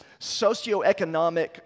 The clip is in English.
socioeconomic